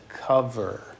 cover